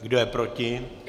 Kdo je proti?